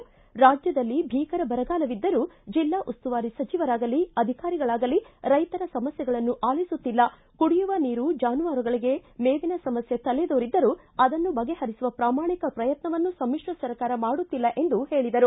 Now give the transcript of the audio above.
ರಾಜ್ಯದಲ್ಲಿ ಭೀಕರ ಬರಗಾಲವಿದ್ದರೂ ಜಿಲ್ಲಾ ಉಸ್ತುವಾರಿ ಸಚಿವರಾಗಲಿ ಅಧಿಕಾರಿಗಳಾಗಲಿ ರೈತರ ಸಮಸ್ತೆಗಳನ್ನು ಆಲಿಸುತ್ತಿಲ್ಲ ಕುಡಿಯುವ ನೀರು ಜಾನುವಾರುಗಳಿಗೆ ಮೇವಿನ ಸಮಸ್ಕೆ ತಲೆದೋರಿದ್ದರೂ ಆದನ್ನು ಬಗೆಹರಿಸುವ ಪ್ರಾಮಾಣಿಕ ಪ್ರಯತ್ನವನ್ನೂ ಸಮಿತ್ರ ಸರ್ಕಾರ ಮಾಡುತ್ತಿಲ್ಲ ಎಂದು ಹೇಳಿದರು